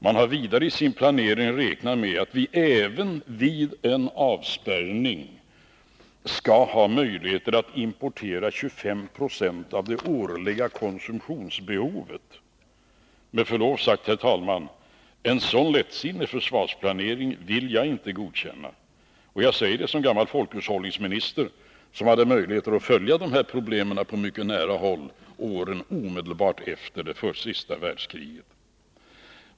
Man har vidare i sin planering räknat med att vi även vid en avspärrning skall ha möjligheter att importera 25 20 av det årliga konsumtionsbehovet. Med förlov sagt, herr talman, en så lättsinnig försvarsplanering vill jag inte godkänna. Jag säger det som gammal folkhushållningsminister som hade möjligheter att följa dessa problem på mycket nära håll åren omedelbart efter det sista världskriget.